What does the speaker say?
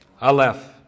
Aleph